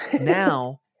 now